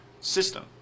system